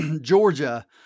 Georgia